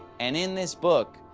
and in this book,